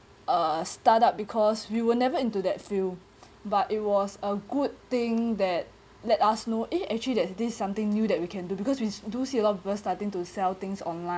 uh start up because we were never into that field but it was a good thing that let us know eh actually there's this something new that we can do because we do see a lot of people starting to sell things online